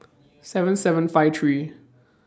seven seven five three